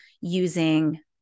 using